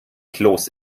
kloß